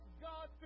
God